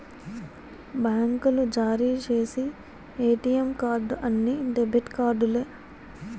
బ్యాంకులు జారీ చేసి ఏటీఎం కార్డు అన్ని డెబిట్ కార్డులే